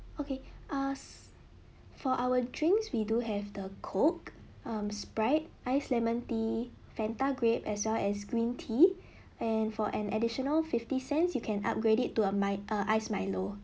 okay us for our drinks we do have the coke um sprite ice lemon tea fanta grape as well as green tea and for an additional fifty cents you can upgrade it to a mi~ err iced milo